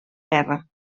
guerra